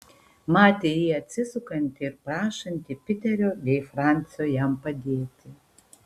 matė jį atsisukantį ir prašantį piterio bei francio jam padėti